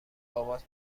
بابات